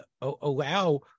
allow